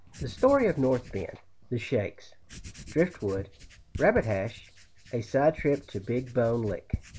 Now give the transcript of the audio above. the story of north bend the shakes driftwood rabbit hash a side-trip to big bone lick.